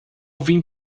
vim